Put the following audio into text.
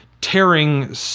tearing